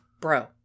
Bro